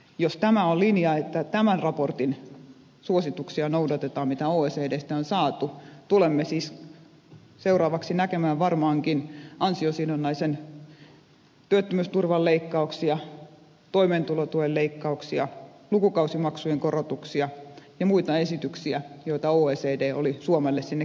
jos tämä on linja että tämän oecdstä saadun raportin suosituksia noudatetaan tulemme siis seuraavaksi näkemään varmaankin ansiosidonnaisen työttömyysturvan leikkauksia toimeentulotuen leikkauksia lukukausimaksujen korotuksia ja muita esityksiä joita oecd oli suomelle sinne kirjoittanut